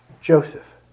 Joseph